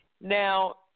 Now